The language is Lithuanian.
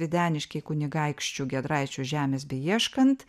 videniškiai kunigaikščių giedraičių žemės beieškant